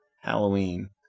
Halloween